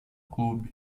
clube